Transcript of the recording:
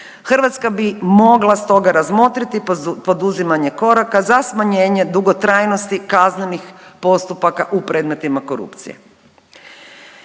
Hrvatska bi mogla stoga razmotriti poduzimanje koraka za smanjenje dugotrajnosti kaznenih postupaka u predmetima korupcije.